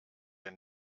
denn